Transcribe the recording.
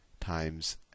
times